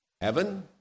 Heaven